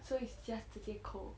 so it's just 直接扣